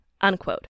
unquote